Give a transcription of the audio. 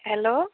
hello